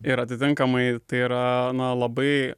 ir atitinkamai tai yra labai